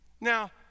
now